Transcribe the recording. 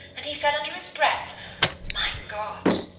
and he said under his breath my god!